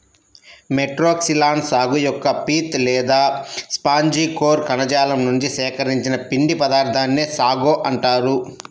Metroxylon సాగు యొక్క pith లేదా స్పాంజి కోర్ కణజాలం నుండి సేకరించిన పిండి పదార్థాన్నే సాగో అంటారు